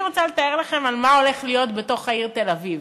אני רוצה לתאר לכם מה הולך להיות בתוך העיר תל-אביב.